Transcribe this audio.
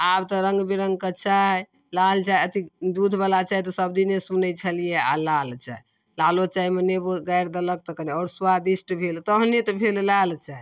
आब तऽ रङ्गबिरङ्गके चाइ लाल चाइ अथी दूधवला चाइ तऽ सबदिने सुनै छलिए आओर लाल चाइ लालो चाइमे नेबो गाड़ि देलक तऽ कनि आओर सुआदिष्ट भेल तहने तऽ भेल लाल चाइ